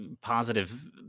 positive